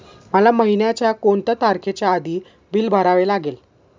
मला महिन्याचा कोणत्या तारखेच्या आधी बिल भरावे लागेल?